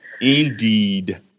Indeed